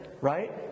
right